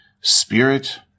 spirit